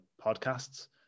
podcasts